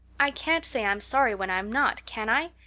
i can't say i'm sorry when i'm not, can i?